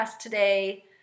today